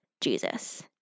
Jesus